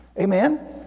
Amen